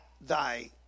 thy